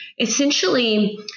essentially